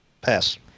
Pass